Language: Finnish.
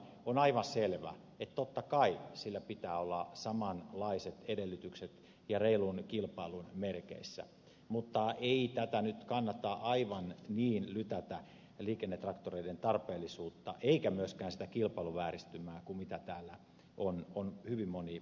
on aivan selvä että totta kai sillä pitää olla samanlaiset edellytykset reilun kilpailun merkeissä mutta ei liikennetraktoreiden tarpeellisuutta nyt kannata aivan niin lytätä eikä myöskään tule sitä kilpailuvääristymää mistä täällä on hyvin moni puhunut